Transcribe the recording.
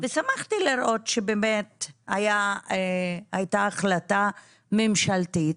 ושמחתי לראות שבאמת הייתה החלטה ממשלתית.